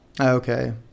Okay